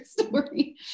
story